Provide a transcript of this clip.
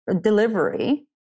delivery